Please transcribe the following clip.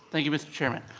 thank you, mr. chairman.